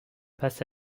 passe